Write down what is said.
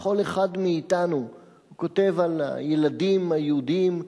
והוא כותב על הילדים היהודים,